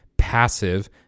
passive